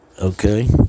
Okay